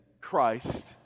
christ